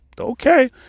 Okay